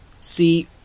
see